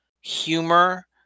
humor